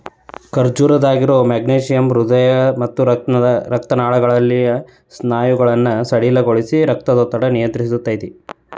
ಖರ್ಜೂರದಾಗಿರೋ magnesium ಹೃದಯ ಮತ್ತ ರಕ್ತನಾಳಗಳಲ್ಲಿನ ಸ್ನಾಯುಗಳನ್ನ ಸಡಿಲಗೊಳಿಸಿ, ರಕ್ತದೊತ್ತಡನ ನಿಯಂತ್ರಸ್ತೆತಿ